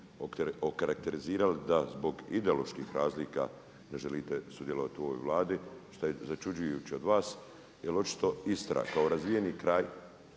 okarakterizirali da zbog ideoloških razlika ne želite sudjelovati u ovoj Vladi što je začuđujuće od vas jer očito Istra kao razvijeni kraj,